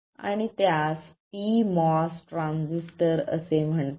आणि त्यास pMOS transistor असे म्हणतात